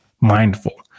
mindful